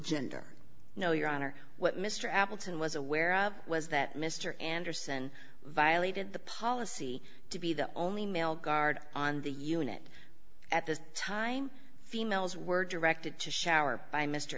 gender no your honor what mr appleton was aware of was that mr anderson violated the policy to be the only male guard on the unit at this time females were directed to shower by mr